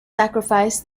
sacrifice